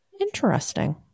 Interesting